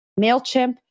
MailChimp